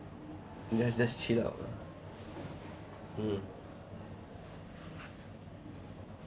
you guys just chill up ah mm